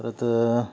परत